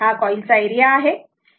हा कॉइलचा एरिया आहे बरोबर